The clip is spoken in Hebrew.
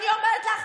אני אומרת לך,